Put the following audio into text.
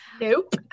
Nope